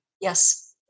Yes